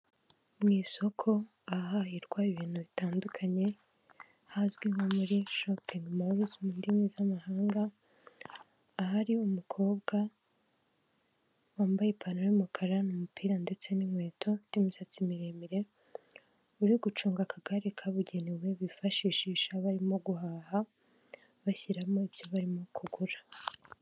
Mu isoko aha ahahirwa ibintu bitandukanye hazwi nko muri shopingi mowuze mu ndimi z'amahanga, ahari umukobwa wambaye ipantaro y'umukara, umupira ndetse n'inkweto, ufite misatsi miremire, uri gucunga akagare kabugenewe bifashishisha barimo guhaha, bashyiramo ibyo barimo kugura.